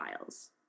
Files